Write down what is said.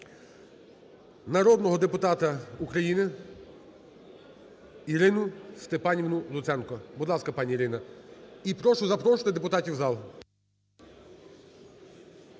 народного депутата України Ірину Степанівну Луценко. Будь ласка, пані Ірина. І прошу запрошувати депутатів в зал.